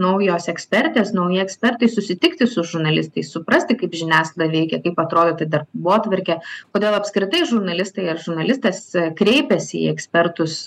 naujos ekspertės nauji ekspertai susitikti su žurnalistais suprasti kaip žiniasklaida veikia kaip atrodo ta darbotvarkė kodėl apskritai žurnalistai ar žurnalistas kreipėsi į ekspertus